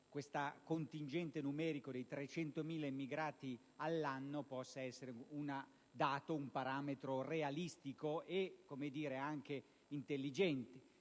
detto contingente numerico di 300.000 immigrati all'anno possa essere un parametro realistico e - come dire - anche intelligente.